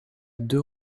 deux